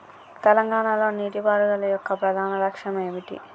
తెలంగాణ లో నీటిపారుదల యొక్క ప్రధాన లక్ష్యం ఏమిటి?